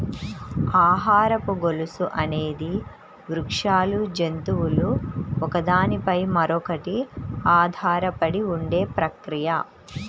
ఆహారపు గొలుసు అనేది వృక్షాలు, జంతువులు ఒకదాని పై మరొకటి ఆధారపడి ఉండే ప్రక్రియ